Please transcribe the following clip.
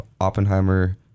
Oppenheimer